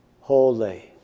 Holy